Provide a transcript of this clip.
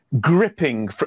gripping